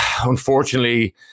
Unfortunately